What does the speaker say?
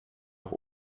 auch